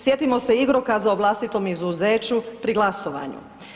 Sjetimo se igrokaza o vlastitom izuzeću pri glasovanju.